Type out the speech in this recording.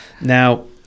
Now